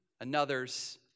another's